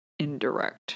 Indirect